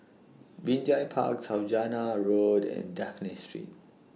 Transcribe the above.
Binjai Park Saujana Road and Dafned Street